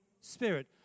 Spirit